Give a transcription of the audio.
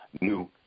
new